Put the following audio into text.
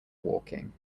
walking